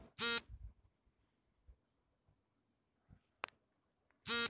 ಭವಿಷ್ಯದಲ್ಲಿ ವಿಮೆ ಪಾಲಿಸಿಯ ನಾಮಿನಿಯನ್ನು ಬದಲಾಯಿಸಬಹುದೇ?